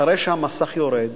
אחרי שהמסך יורד